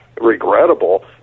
regrettable